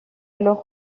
alors